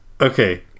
okay